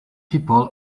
people